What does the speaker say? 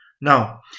Now